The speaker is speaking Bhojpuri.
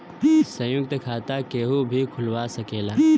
संयुक्त खाता केहू भी खुलवा सकेला